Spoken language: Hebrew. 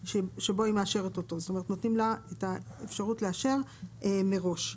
נותנים לה את האפשרות לאשר מראש.